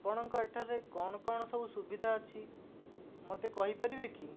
ଆପଣଙ୍କ ଏଠାରେ କ'ଣ କ'ଣ ସବୁ ସୁବିଧା ଅଛି ମୋତେ କହିପାରିବେ କି